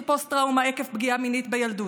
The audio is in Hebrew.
פוסט-טראומה עקב פגיעה מינית בילדות.